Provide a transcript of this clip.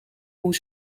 hoe